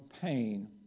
pain